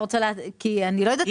אני לא יודעת,